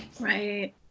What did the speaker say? right